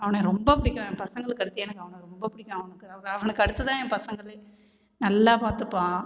அவனை ரொம்ப பிடிக்கும் என் பசங்களுக்கடுத்து எனக்கு அவனை ரொம்ப பிடிக்கும் அவனுக்கு அவனுக்கு அடுத்து தான் என் பசங்களே நல்லா பார்த்துப்பான்